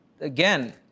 again